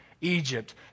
Egypt